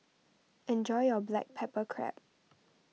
enjoy your Black Pepper Crab